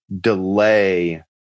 delay